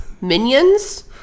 Minions